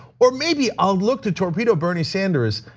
or maybe i'll look to torpedo bernie sanders,